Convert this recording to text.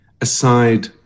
aside